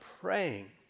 praying